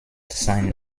sein